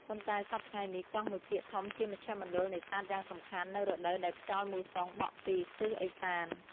ប៉ុន្តែ សព្វថ្ងៃនេះ កោះមួយភាគធំជាមជ្ឈមណ្ឌលនេសាទយ៉ាងសំខាន់ នៅរដូវដែលខ្យល់មូសុងបក់ពី ទិសឦសាន ។